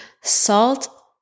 Salt